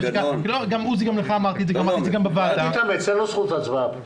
אל תתאמץ, אין לו זכות הצבעה.